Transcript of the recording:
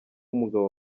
umugabo